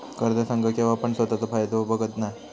कर्ज संघ केव्हापण स्वतःचो फायदो बघत नाय